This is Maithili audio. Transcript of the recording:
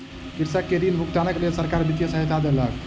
कृषक के ऋण भुगतानक लेल सरकार वित्तीय सहायता देलक